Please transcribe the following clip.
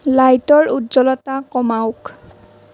লাইটৰ উজ্জ্বলতা কমাওক